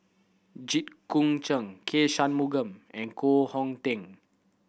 Jit Koon Ch'ng K Shanmugam and Koh Hong Teng